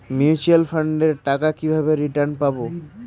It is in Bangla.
মিউচুয়াল ফান্ডের টাকা কিভাবে রিটার্ন পাব?